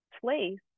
place